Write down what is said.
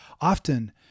often